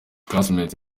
classmates